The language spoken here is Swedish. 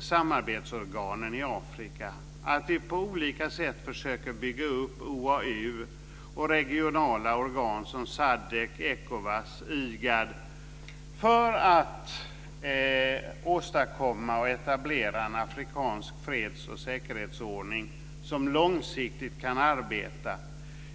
samarbetsorganen i Afrika och att vi på olika sätt försöker bygga upp OAU och regionala organ som SADC, Ecovas och IGAD för att åstadkomma och etablera en afrikansk freds och säkerhetsordning som kan arbeta långsiktigt.